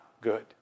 good